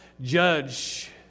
judge